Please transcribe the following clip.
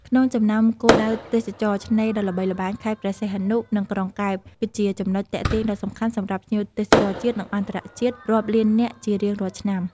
ក្នុងចំណោមគោលដៅទេសចរណ៍ឆ្នេរដ៏ល្បីល្បាញ ខេត្តព្រះសីហនុ និងក្រុងកែប គឺជាចំណុចទាក់ទាញដ៏សំខាន់សម្រាប់ភ្ញៀវទេសចរជាតិ និងអន្តរជាតិរាប់លាន នាក់ជារៀងរាល់ឆ្នាំ។